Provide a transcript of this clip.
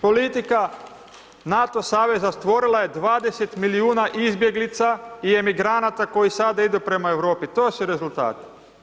Politika NATO saveza stvorila je 20 milijuna izbjeglica i emigranata koji sada idu prema Europi, to su rezultati.